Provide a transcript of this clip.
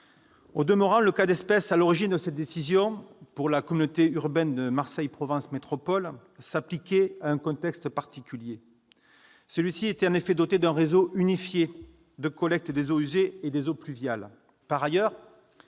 Au demeurant, le cas d'espèce à l'origine de cette décision, qui concernait la communauté urbaine Marseille Provence Métropole, visait un contexte particulier, celle-ci étant en effet dotée d'un réseau unifié de collecte des eaux usées et des eaux pluviales.